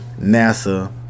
NASA